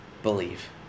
believe